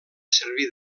servir